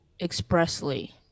expressly